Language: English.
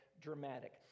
dramatic